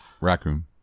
raccoon